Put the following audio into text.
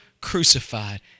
crucified